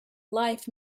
life